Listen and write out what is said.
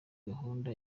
gahunda